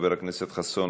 חבר הכנסת חסון,